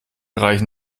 reichen